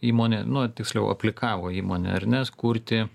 įmonė nu tiksliau aplikavo įmonė ar ne kurti